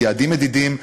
יעדים מדידים,